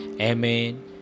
Amen